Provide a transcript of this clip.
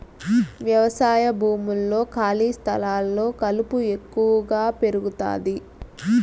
వ్యవసాయ భూముల్లో, ఖాళీ స్థలాల్లో కలుపు ఎక్కువగా పెరుగుతాది